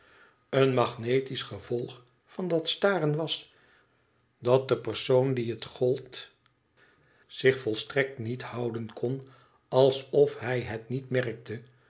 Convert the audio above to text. een magnetisch gevolg van dat staren was dat de persoon dien het gold zich volstrekt niet houden kon alsof hij het niet merkte